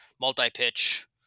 multi-pitch